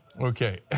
Okay